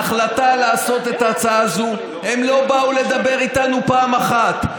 בהחלטה לעשות את ההצעה הזאת הם לא באו לדבר איתנו פעם אחת,